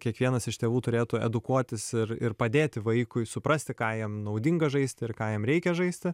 kiekvienas iš tėvų turėtų edukuotis ir ir padėti vaikui suprasti ką jam naudinga žaisti ir ką jam reikia žaisti